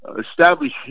establish